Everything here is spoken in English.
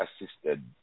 assisted